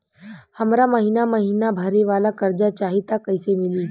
हमरा महिना महीना भरे वाला कर्जा चाही त कईसे मिली?